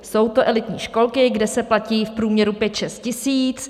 Jsou to elitní školky, kde se platí v průměru pět šest tisíc.